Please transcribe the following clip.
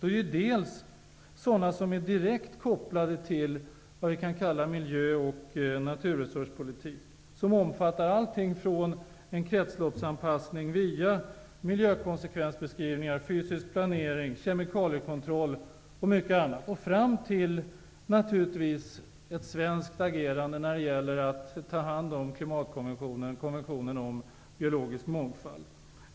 Delvis är det sådant som är direkt kopplat till miljö och naturresurspolitik, omfattande allt från en kretsloppsanpassning via miljökonsekvensbeskrivningar, fysisk planering, kemikaliekontroll och annat fram till naturligtvis ett svenskt agerande för att behandla klimatkonventionen och konventionen om biologisk mångfald.